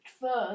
first